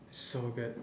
so good